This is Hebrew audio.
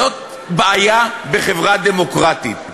זאת בעיה בחברה דמוקרטית.